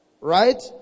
Right